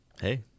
hey